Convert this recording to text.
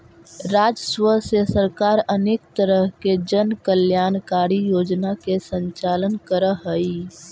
राजस्व से सरकार अनेक तरह के जन कल्याणकारी योजना के संचालन करऽ हई